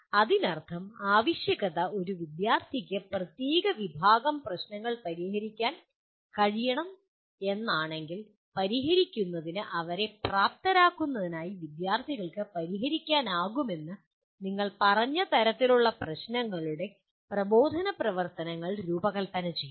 അതിനർത്ഥം ആവശ്യകത ഒരു വിദ്യാർത്ഥിയ്ക്ക് പ്രത്യേക വിഭാഗം പ്രശ്നങ്ങൾ പരിഹരിക്കാൻ കഴിയണം എന്നാണെങ്കിൽ പരിഹരിക്കുന്നതിന് അവരെ പ്രാപ്തരാക്കുന്നതിനായി വിദ്യാർത്ഥികൾക്ക് പരിഹരിക്കാനാകുമെന്ന് നിങ്ങൾ പറഞ്ഞ തരത്തിലുള്ള പ്രശ്നങ്ങളുടെ പ്രബോധന പ്രവർത്തനങ്ങൾ രൂപകൽപ്പന ചെയ്യണം